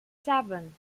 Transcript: seven